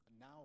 now